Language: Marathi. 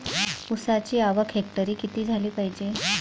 ऊसाची आवक हेक्टरी किती झाली पायजे?